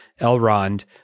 Elrond